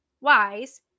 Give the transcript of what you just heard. wise